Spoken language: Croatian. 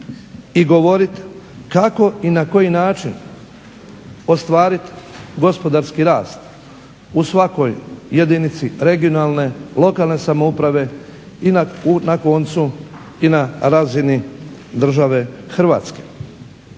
i govoriti kako i na koji način ostvarit gospodarski rast u svakoj jedinici regionalne, lokalne samouprave i na koncu i na razini države Hrvatske.